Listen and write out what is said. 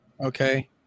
okay